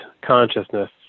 consciousness